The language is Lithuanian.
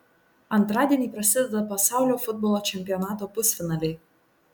antradienį prasideda pasaulio futbolo čempionato pusfinaliai